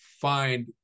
find